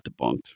debunked